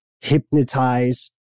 hypnotize